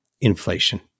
inflation